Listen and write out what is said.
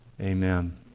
Amen